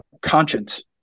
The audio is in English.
conscience